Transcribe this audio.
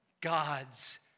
God's